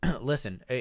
Listen